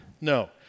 No